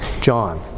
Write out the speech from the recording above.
John